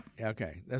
Okay